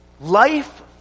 Life